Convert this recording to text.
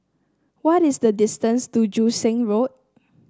what is the distance to Joo Seng Road